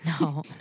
No